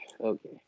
Okay